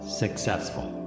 successful